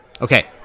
Okay